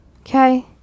okay